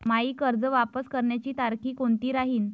मायी कर्ज वापस करण्याची तारखी कोनती राहीन?